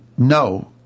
No